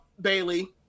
bailey